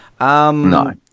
No